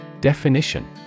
Definition